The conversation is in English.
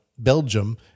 Belgium